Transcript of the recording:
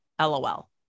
LOL